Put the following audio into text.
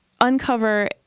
uncover